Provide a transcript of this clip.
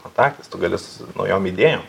kontaktais tu gali su naujom idėjom